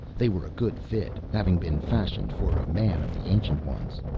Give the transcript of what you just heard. they were a good fit, having been fashioned for a man of the ancient ones.